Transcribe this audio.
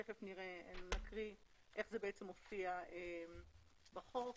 תכף נקריא איך זה מופיע בחוק.